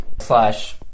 slash